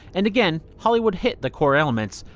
and again, hollywood hit the core elements.